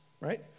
right